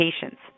patients